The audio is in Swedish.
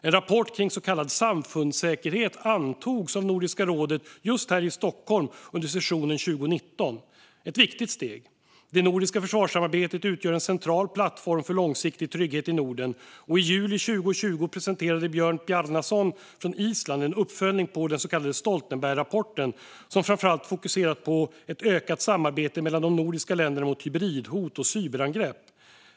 En rapport om så kallad samfundssäkerhet antogs av Nordiska rådet här i Stockholm under sessionen 2019. Det var ett viktigt steg. Det nordiska försvarssamarbetet utgör en central plattform för långsiktig trygghet i Norden. I juli 2020 presenterade Björn Bjarnason från Island en uppföljning på den så kallade Stoltenbergrapporten som framför allt fokuserat på ett ökat samarbete mellan de nordiska länderna mot hybridhot och cyberangrepp.